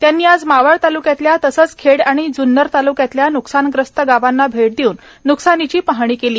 त्यांनी आज मावळ तालुक्यातल्या तसेच खेड आणि जून्नर तालुक्यातल्या न्कसानग्रस्त गावांना भेट देऊन न्कसानीची पाहणी केली